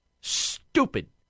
Stupid